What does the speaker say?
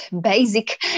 basic